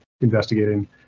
investigating